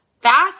fast